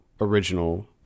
original